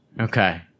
Okay